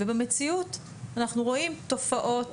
במציאות אנחנו רואים תופעות